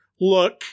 look